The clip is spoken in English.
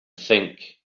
think